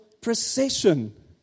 procession